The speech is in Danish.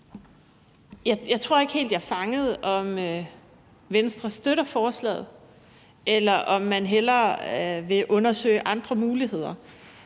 Jeg tror ikke helt, at jeg fangede, om Venstre støtter forslaget, eller om man hellere vil undersøge andre muligheder.